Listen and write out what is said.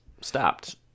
stopped